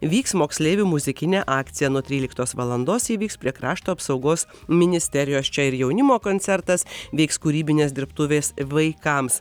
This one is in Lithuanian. vyks moksleivių muzikinė akcija nuo tryliktos valandos ji vyks prie krašto apsaugos ministerijos čia ir jaunimo koncertas vyks kūrybinės dirbtuvės vaikams